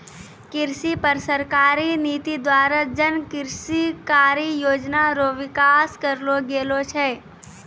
कृषि पर सरकारी नीति द्वारा जन कृषि कारी योजना रो विकास करलो गेलो छै